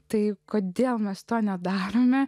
tai kad dievo mes to nedarome